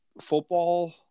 football